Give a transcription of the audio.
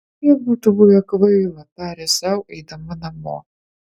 vis tiek būtų buvę kvaila tarė sau eidama namo